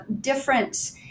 difference